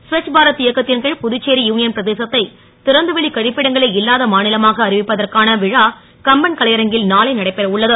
ஸ்வச்பாரத் இயக்கத் ன் கி புதுச்சேரி யூ யன் பிரதேசத்தை றந்தவெளிக் க ப்பிடங்களே இல்லாத மா லமாக அறிவிப்பதற்கான விழா கம்பன் கலை அரங்கில் நாளை நடைபெற உள்ளது